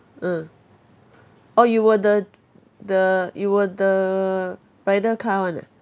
ah orh you were the the you were the bridal car [one] ah